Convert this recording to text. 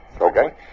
Okay